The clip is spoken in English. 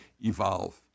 evolve